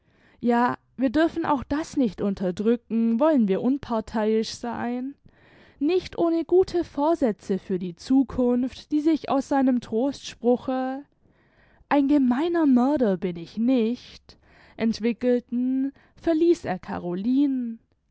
ja wir dürfen auch das nicht unterdrücken wollen wir unpartheiisch sein nicht ohne gute vorsätze für die zukunft die sich aus seinem trostspruche ein gemeiner mörder bin ich nicht entwickelten verließ er carolinen